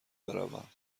بروم